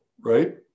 right